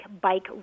bike